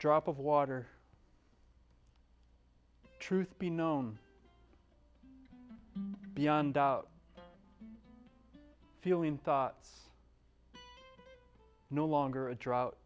drop of water truth be known beyond doubt feeling thoughts no longer a drought